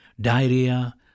diarrhea